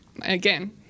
again